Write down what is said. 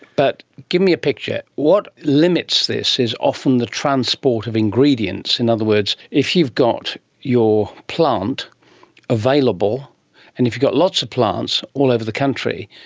but give me a picture, what limits this is often the transport of ingredients, in other words if you've got your plant available and if you've got lots of plants all over the country,